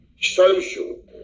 Social